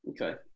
Okay